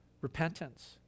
Repentance